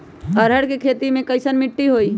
अरहर के खेती मे कैसन मिट्टी होइ?